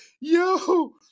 Yo